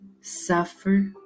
suffer